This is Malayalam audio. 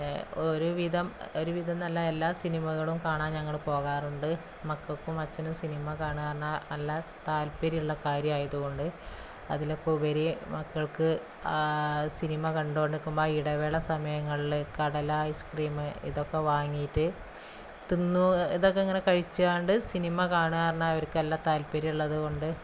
ഒരു വിധം ഒരുവിധം നല്ല എല്ലാ സിനിമകളും കാണാൻ ഞങ്ങള് പോകാറുണ്ട് മക്കൾക്കും അച്ഛനും സിനിമ കാണാനുള്ള താല്പര്യം ഉള്ള കാര്യമായതുകൊണ്ട് അതിലൊക്കെയുപരി മക്കൾക്ക് സിനിമ കണ്ടുകൊണ്ട് നിക്കുമ്പം ആ ഇടവേള സമയങ്ങളിൽ കടല ഐസ് ക്രീം ഇതൊക്കെ വാങ്ങിയിട്ട് തിന്നും ഇതൊക്കെ ഇങ്ങനെ കഴിച്ചാണ്ട് സിനിമ കാണുക കാരണം അവർക്കെല്ലാം താല്പര്യമുള്ളതുകൊണ്ട്